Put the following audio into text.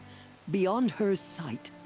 beyond her sight.